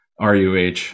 RUH